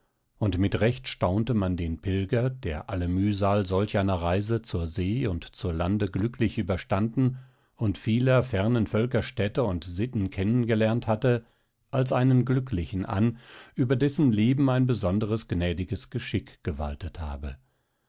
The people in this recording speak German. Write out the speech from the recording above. und mit recht staunte man den pilger der alle mühsal solch einer reise zur see und zu lande glücklich überstanden und vieler fernen völker städte und sitten kennen gelernt hatte als einen glücklichen an über dessen leben ein besonderes gnädiges geschick gewaltet habe